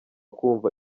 kumva